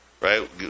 Right